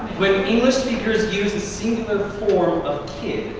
when english speakers use the singular form of kid,